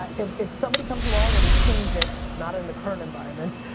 ah if if somebody comes along or they change it, not in the current environment,